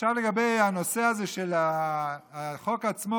עכשיו לגבי הנושא הזה של החוק עצמו.